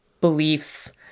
beliefs